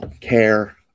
care